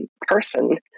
person